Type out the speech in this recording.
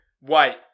wait